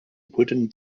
wooden